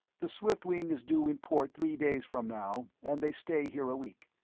the swiftwing is due in port three days from now, and they stay here a week.